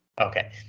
okay